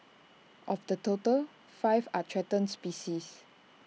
of the total five are threatened species